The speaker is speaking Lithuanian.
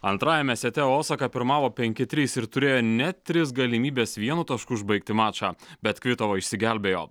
antrajame sete osaka pirmavo penki trys ir turėjo net tris galimybes vienu tašku užbaigti mačą bet kvitova išsigelbėjo